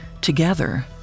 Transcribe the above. Together